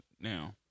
now